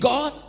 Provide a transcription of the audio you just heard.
God